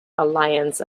alliance